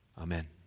Amen